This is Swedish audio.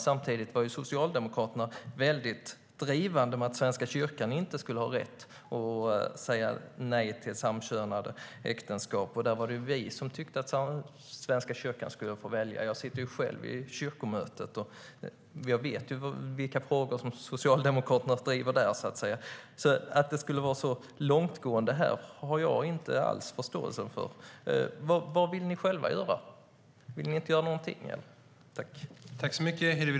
Samtidigt var ju Socialdemokraterna väldigt drivande i att Svenska kyrkan inte skulle ha rätt att säga nej till samkönade äktenskap. Där var det vi som tyckte att Svenska kyrkan själv skulle få välja. Jag sitter ju själv med vid kyrkomötet, och jag vet vilka frågor som Socialdemokraterna driver där. Att det skulle vara så långtgående i det här fallet har jag inte alls förståelse för. Vad vill ni själva göra?